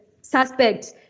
suspect